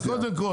קודם כל